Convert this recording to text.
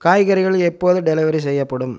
காய்கறிகள் எப்போது டெலிவரி செய்யப்படும்